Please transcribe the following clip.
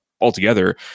altogether